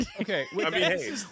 Okay